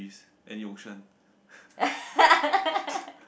any option